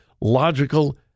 logical